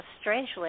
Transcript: strangely